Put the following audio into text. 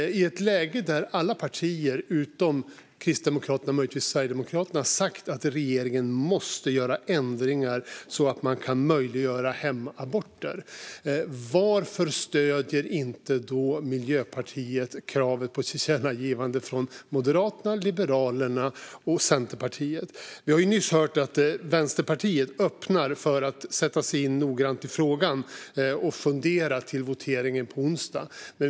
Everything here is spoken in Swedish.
I ett läge där alla partier utom Kristdemokraterna och möjligtvis Sverigedemokraterna har sagt att regeringen måste göra ändringar så att man kan möjliggöra hemaborter, varför stöder då inte Miljöpartiet förslaget om ett tillkännagivande från Moderaterna, Liberalerna och Centerpartiet? Vi har nyss hört att Vänsterpartiet öppnar för att sätta sig in noggrant i frågan och fundera till voteringen på onsdag.